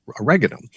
oregano